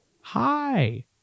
Hi